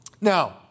Now